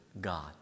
God